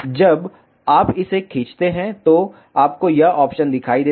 जब आप इसे खींचते हैं तो आपको यह ऑप्शन दिखाई देता है